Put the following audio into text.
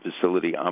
facility